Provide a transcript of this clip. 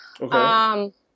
Okay